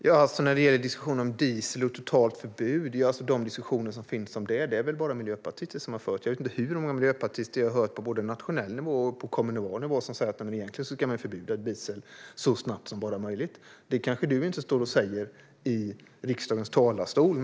Herr talman! När det gäller diskussioner om diesel och totalt förbud är det väl bara Miljöpartiet som har fört sådana diskussioner. Jag vet inte hur många miljöpartister jag har hört på både nationell nivå och kommunal nivå som säger: Men egentligen ska man förbjuda diesel så snabbt som det bara är möjligt. Det kanske du inte står och säger i riksdagens talarstol.